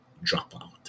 dropout